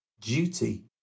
duty